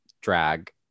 drag